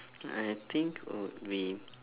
I think uh we